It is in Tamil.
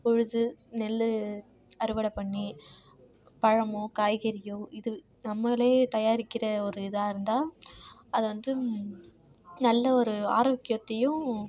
உழுது நெல் அறுவடைப் பண்ணி பழமோ காய்கறியோ இது நம்மளே தயாரிக்கிற ஒரு இதாக இருந்தால் அதை வந்து நல்ல ஒரு ஆரோக்கியத்தையும்